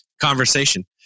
conversation